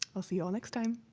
i'll see you all next time.